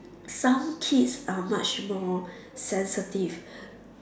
some kids are much more sensitive